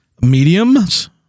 mediums